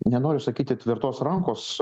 nenoriu sakyti tvirtos rankos